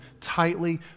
tightly